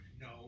No